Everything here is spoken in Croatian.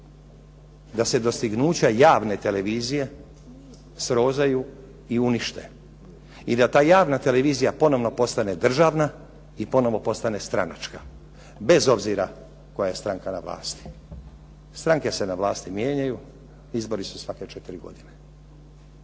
da se dostignuća javne televizije srozaju i unište i da ta javna televizija ponovno postane državna i ponovno postane stranačka bez obzira koja je stranka na vlasti. Stranke se na vlasti mijenjaju, izbori su svake 4 godine.